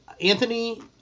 anthony